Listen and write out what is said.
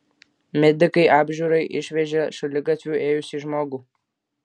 medikai apžiūrai išvežė šaligatviu ėjusį žmogų